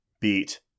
beat